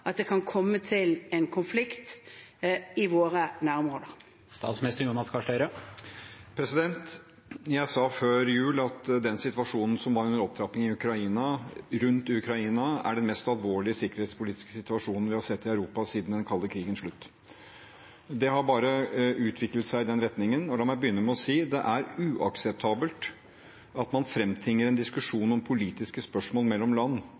at det kan komme en konflikt i våre nærområder? Jeg sa før jul at den situasjonen som var under opptrapping rundt Ukraina, er den mest alvorlige sikkerhetspolitiske situasjonen vi har sett i Europa siden den kalde krigens slutt. Det har bare utviklet seg i den retningen. Og la meg begynne med å si: Det er uakseptabelt at man framtvinger en diskusjon om politiske spørsmål mellom land